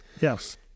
Yes